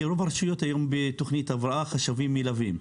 כי רוב הרשויות היום בתוכנית הבראה, חשבים מלווים.